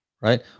right